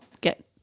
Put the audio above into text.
get